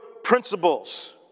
principles